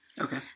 Okay